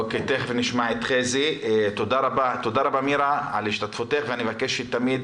תודה רבה, מירה, על השתתפותך ואני מבקש שתמיד